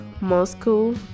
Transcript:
Moscow